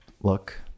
look